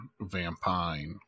Vampine